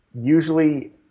usually